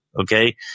Okay